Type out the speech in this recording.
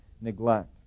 neglect